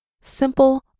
simple